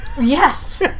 Yes